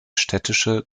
städtische